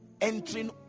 entering